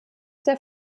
der